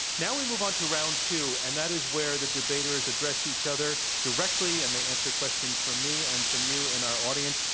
now we move on to round two, and that is where the debaters address each other directly, and they answer questions from me and from you in our audience.